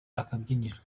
akabyiniriro